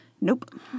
Nope